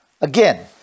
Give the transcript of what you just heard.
Again